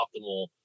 optimal